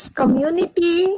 community